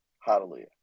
Hallelujah